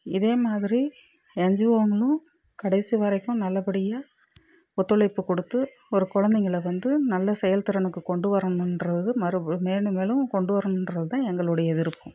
இதே மாதிரி என்ஜிஓக்களும் கடைசி வரைக்கும் நல்லபடியாக ஒத்துழைப்பு கொடுத்து ஒரு குழந்தைங்கள வந்து நல்ல செயல் திறனுக்கு கொண்டு வரணும்ன்றது மேலும் மேலும் கொண்டு வரணும்ன்றதான் எங்களுடைய விருப்பம்